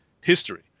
history